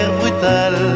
brutal